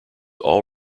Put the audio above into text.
all